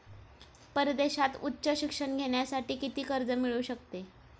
परदेशात उच्च शिक्षण घेण्यासाठी किती कर्ज मिळू शकते?